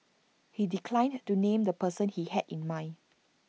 he declined to name the person he had in mind